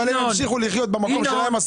אבל הם ימשיכו לחיות במקום שלהם.